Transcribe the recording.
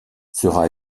sera